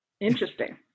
interesting